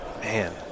Man